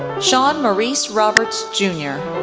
shawn maurice roberts jr,